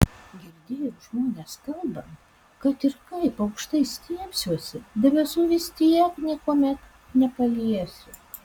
girdėjau žmones kalbant kad ir kaip aukštai stiebsiuosi debesų vis tiek niekuomet nepaliesiu